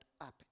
up